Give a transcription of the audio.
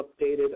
updated